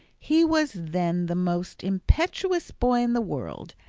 he was then the most impetuous boy in the world,